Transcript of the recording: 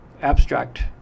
abstract